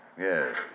Yes